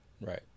right